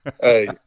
Hey